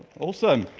awesome.